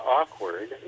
awkward